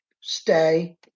stay